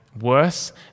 worse